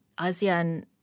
ASEAN